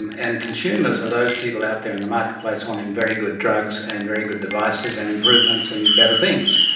and and consumers are those people out there in the marketplace wanting very good drugs and very good devices and improvements and better things,